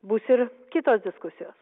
bus ir kitos diskusijos